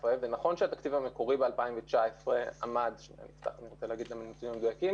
זה בערך התחושה שלי כל פעם שאנחנו מדברים עם אגף התקציבים על תקציב